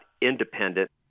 independent